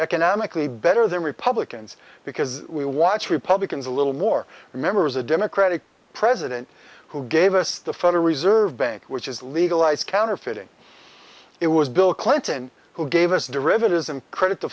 economically better than republicans because we watch republicans a little more remembers a democratic president who gave us the federal reserve bank which is legalized counterfeiting it was bill clinton who gave us derivatives and credit